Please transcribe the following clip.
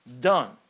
done